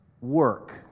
work